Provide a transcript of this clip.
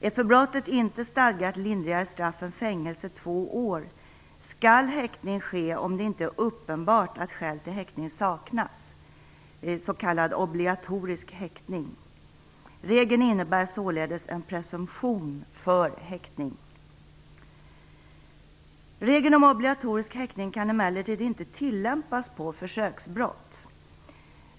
Är för brottet inte stadgat lindrigare straff än fängelse i två år skall häktning ske om det inte är uppenbart att skäl till häktning saknas, s.k. obligatorisk häktning. Regeln innebär således en presumtion för häktning. Regeln om obligatorisk häktning kan emellertid inte tillämpas på försöksbrott.